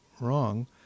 wrong